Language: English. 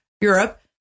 Europe